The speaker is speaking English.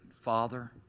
Father